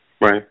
Right